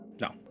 no